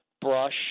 brush